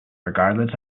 regardless